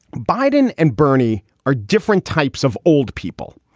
biden and bernie are different types of old people.